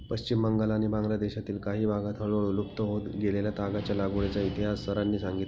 पश्चिम बंगाल आणि बांगलादेशातील काही भागांत हळूहळू लुप्त होत गेलेल्या तागाच्या लागवडीचा इतिहास सरांनी सांगितला